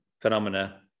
phenomena